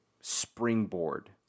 springboard